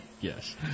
Yes